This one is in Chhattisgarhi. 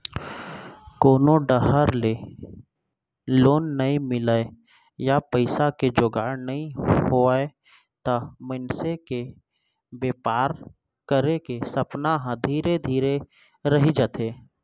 कोनो डाहर ले लोन नइ मिलय या पइसा के जुगाड़ नइ होवय त मनसे के बेपार करे के सपना ह धरे के धरे रही जाथे